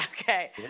Okay